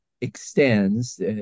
extends